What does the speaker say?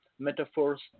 metaphors